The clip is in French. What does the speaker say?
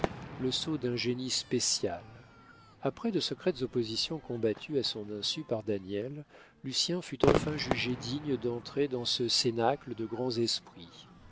le sceau d'un génie spécial après de secrètes oppositions combattues à son insu par daniel lucien fut enfin jugé digne d'entrer dans ce cénacle de grands esprits